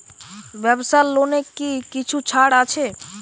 ব্যাবসার লোনে কি কিছু ছাড় আছে?